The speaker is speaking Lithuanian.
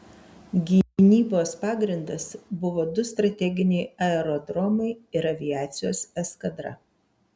gynybos pagrindas buvo du strateginiai aerodromai ir aviacijos eskadra